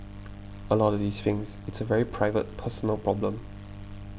a lot of these things it's a very private personal problem